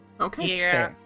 Okay